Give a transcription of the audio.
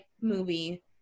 movie